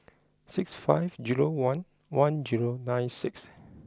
six five zero one one zero nine six